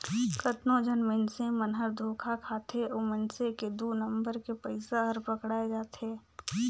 कतनो झन मइनसे मन हर धोखा खाथे अउ मइनसे के दु नंबर के पइसा हर पकड़ाए जाथे